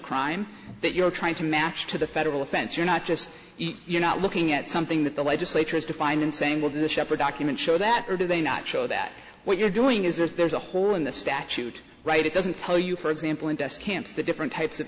crime that you're trying to match to the federal offense or not just you're not looking at something that the legislature is defined in saying will the shepherd document show that or do they not show that what you're doing is there's a hole in the statute right it doesn't tell you for example in test camps the different types of